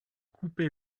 coupé